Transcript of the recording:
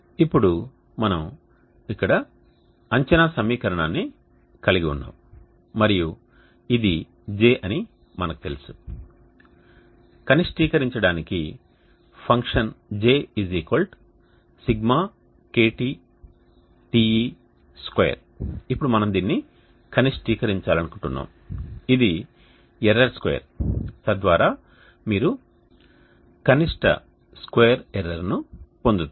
ఇప్పుడు మేము ఇక్కడ అంచనా సమీకరణాన్ని కలిగి ఉన్నాము మరియు J అని మాకు తెలుసు కనిష్టీకరించడానికి ఫంక్షన్ JΣKTTe2 ఇప్పుడు మనం దీన్ని కనిష్టీకరించాలను కుంటున్నాము ఇది ఎర్రర్ స్క్వేర్ తద్వారా మీరు కనిష్ట స్క్వేర్ ఎర్రర్ను పొందుతారు